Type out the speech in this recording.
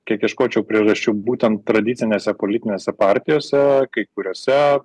kiek ieškočiau priežasčių būtent tradicinėse politinėse partijose kai kuriose